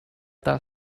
that